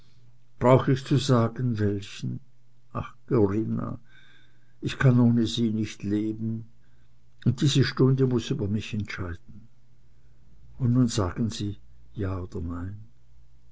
brauch ich zu sagen welchen ach corinna ich kann ohne sie nicht leben und diese stunde muß über mich entscheiden und nun sagen sie ja oder nein